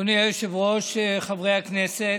אדוני היושב-ראש, חברי הכנסת,